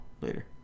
later